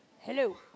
hello